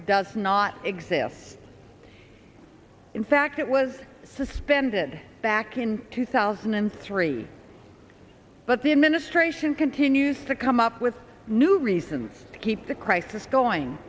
does not exist in fact it was suspended back in two thousand and three but the administration continues to come up with new reasons to keep the crisis going